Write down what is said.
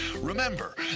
Remember